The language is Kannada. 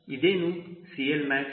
ಇದೇನು CLmax